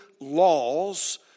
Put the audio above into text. laws